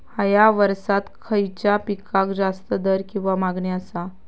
हया वर्सात खइच्या पिकाक जास्त दर किंवा मागणी आसा?